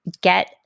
get